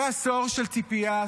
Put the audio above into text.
אחרי עשור של ציפייה,